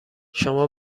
شما